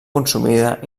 consumida